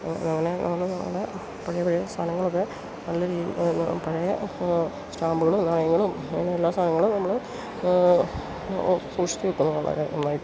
അങ്ങനെ നമ്മൾ നമ്മുടെ പഴയ പഴയ സാധനങ്ങളൊക്കെ നല്ല രീതി പഴയ സ്റ്റാമ്പുകളും നാണയങ്ങളും അങ്ങനെ എല്ലാ സാനങ്ങളും നമ്മൾ സൂഷിച്ച് വെക്കുന്നു വളരെ നന്നായിട്ട്